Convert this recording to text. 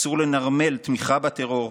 אסור לנרמל תמיכה בטרור,